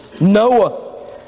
Noah